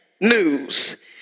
news